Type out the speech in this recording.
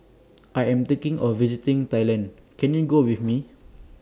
I Am thinking of visiting Thailand Can YOU Go with Me